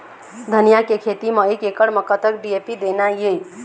धनिया के खेती म एक एकड़ म कतक डी.ए.पी देना ये?